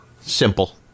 Simple